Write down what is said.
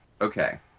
okay